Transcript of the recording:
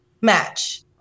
match